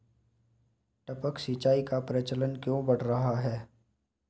टपक सिंचाई का प्रचलन क्यों बढ़ रहा है?